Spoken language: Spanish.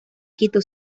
quito